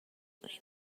این